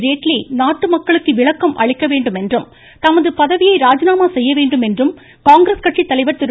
ஜேட்லி நாட்டு மக்களுக்கு விளக்கம் அளிக்க வேண்டும் என்றும் தமது பதவியை ராஜினாமா செய்ய வேண்டும் என்று காங்கிரஸ் தலைவர் திரு